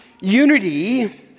unity